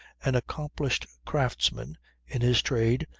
an accomplished craftsman in his trade,